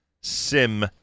SIM